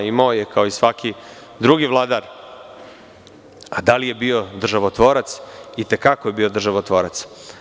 Imao je kao i svaki drugi vladar, a da li je bio državotvorac, i te kako je bio državotvorac.